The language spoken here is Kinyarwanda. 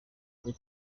kuri